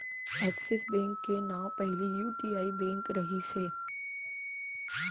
axis Bank के नांव पहिली यूटीआई बेंक रहिस हे